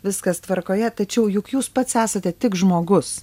viskas tvarkoje tačiau juk jūs pats esate tik žmogus